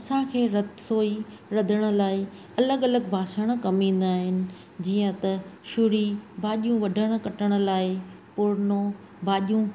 असांखे रसोई रधण लाइ अलॻि अलॻि बासण कमु ईंदा आहिनि जीअं त छुरी भाॼियूं वढण कटण लाइ पुरानो भाॼियूं